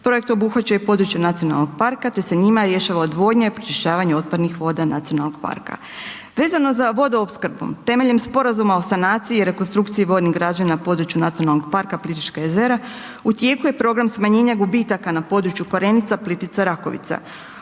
Projekt obuhvaća i područje nacionalnog parka te se njima rješava odvodnja i pročišćavanje otpadnih voda nacionalnog parka. Vezano za vodoopskrbu, temeljem sporazuma o sanaciji i rekonstrukciji voljnih građana na području NP Plitvička jezera, u tijeku je program smanjenja gubitaka na području Korenica-Plitvica-Rakovica.